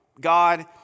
God